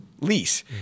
lease